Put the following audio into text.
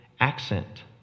accent